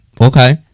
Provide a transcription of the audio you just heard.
Okay